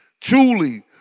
truly